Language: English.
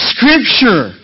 Scripture